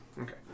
Okay